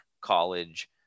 college